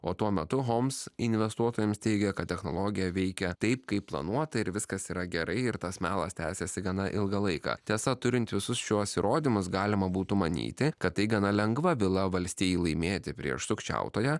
o tuo metu homs investuotojams teigė kad technologija veikia taip kaip planuota ir viskas yra gerai ir tas melas tęsėsi gana ilgą laiką tiesa turint visus šiuos įrodymus galima būtų manyti kad tai gana lengva byla valstijai laimėti prieš sukčiautoją